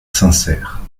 sincère